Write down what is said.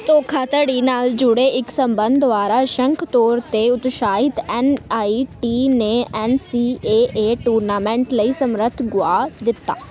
ਧੋਖਾਧੜੀ ਨਾਲ ਜੁੜੇ ਇੱਕ ਸੰਬੰਧ ਦੁਆਰਾ ਅੰਸ਼ਕ ਤੌਰ 'ਤੇ ਉਤਸ਼ਾਹਿਤ ਐੱਨ ਆਈ ਟੀ ਨੇ N C A A tournament ਲਈ ਸਮਰੱਥ ਗੁਆ ਦਿੱਤਾ